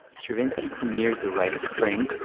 stravinsky premiered the rite of spring,